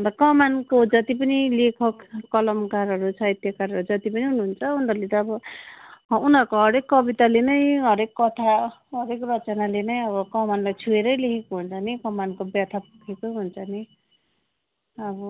अन्त कमानको जति पनि लेखक कलमकारहरू छ साहित्यकारहरू जति पनि हुनुहुन्छ उनीहरूले त अब उनीहरूको हरेक कविताले नै हरेक कथा हरेक रचनाले नै अब कमानलाई छोएरै लेखेको हुन्छ नि कमानको व्यथा लेखेकै हुन्छ नि अब